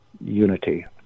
unity